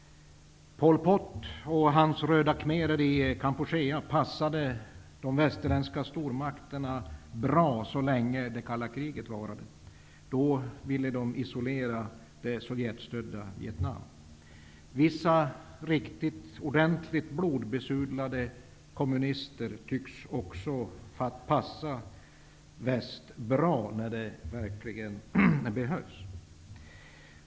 Pol Pot och hans röda khmerer i Kampuchea passade de västerländska stormakterna bra så länge det kalla kriget varade. Då ville de isolera det Sovjetstödda Vietnam. Vissa riktigt ordentligt blodbesudlade kommunister tycks också passa väst bra när det verkligen behövs.